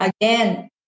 again